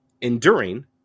enduring